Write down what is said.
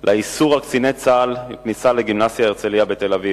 על איסור הכניסה לקציני צה"ל לגימנסיה הרצלייה בתל-אביב.